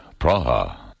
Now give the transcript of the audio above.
Praha